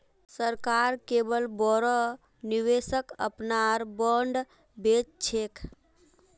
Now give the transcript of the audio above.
सरकार केवल बोरो निवेशक अपनार बॉन्ड बेच छेक